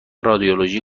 رادیولوژی